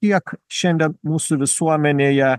kiek šiandien mūsų visuomenėje